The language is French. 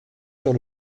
sur